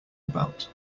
about